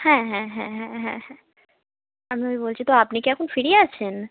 হ্যাঁ হ্যাঁ হ্যাঁ হ্যাঁ হ্যাঁ হ্যাঁ আমি ওই বলছি তো আপনি কি এখন ফ্রি আছেন